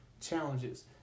challenges